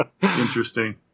Interesting